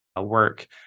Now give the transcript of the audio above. work